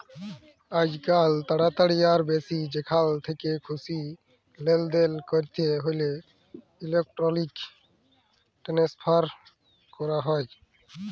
আইজকাল তাড়াতাড়ি আর যেখাল থ্যাকে খুশি লেলদেল ক্যরতে হ্যলে ইলেকটরলিক টেনেসফার ক্যরা হয়